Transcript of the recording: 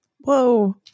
Whoa